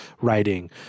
writing